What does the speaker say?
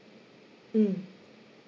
mm